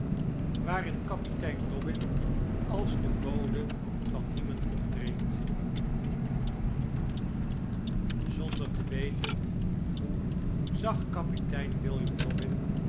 waarin kapitein dobbin als de bode van hymen optreedt oaoa oaoaoo onc j er te we en hoe zag kapitein william dobbin